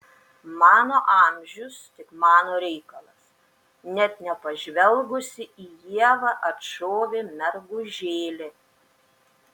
mano amžius tik mano reikalas net nepažvelgusi į ievą atšovė mergužėlė